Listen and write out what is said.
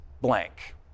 blank